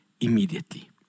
immediately